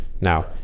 Now